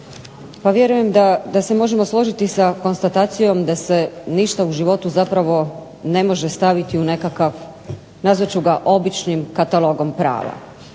Pa vjerujem da se možemo složiti sa konstatacijom da se ništa u životu zapravo ne može staviti u nekakav nazvat ću ga običnim katalogom prava.